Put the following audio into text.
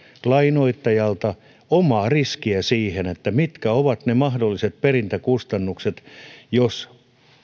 lainoittajalta omaa riskiä siinä mitkä ovat ne mahdolliset perintäkustannukset jos